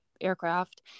aircraft